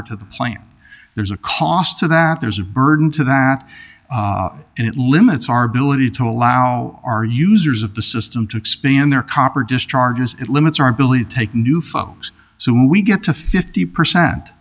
er to the plant there's a cost to that there's a burden to that and it limits our ability to allow our users of the system to expand their copper discharges it limits our ability to take new folks so we get to fifty percent